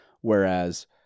Whereas